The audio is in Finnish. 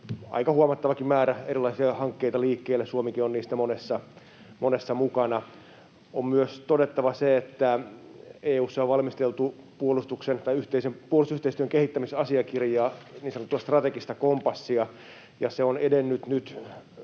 aika huomattavakin määrä erilaisia hankkeita liikkeelle. Suomikin on niistä monessa mukana. On myös todettava se, että EU:ssa on valmisteltu puolustusyhteistyön kehittämisasiakirjaa, niin sanottua strategista kompassia, ja se on edennyt nyt